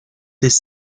his